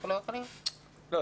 לא.